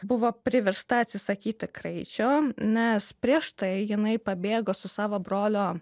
buvo priversta atsisakyti kraičio nes prieš tai jinai pabėgo su savo brolio